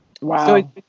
Wow